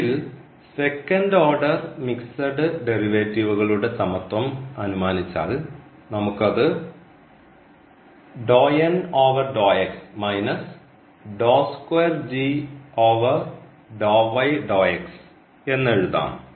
ഇതിൽ second order mixed ഡെറിവേറ്റീവുകളുടെ സമത്വം അനുമാനിച്ചാൽ നമുക്ക് അത് എന്ന് എഴുതാം